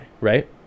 right